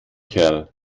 kerl